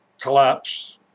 collapse